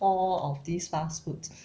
four of these fast food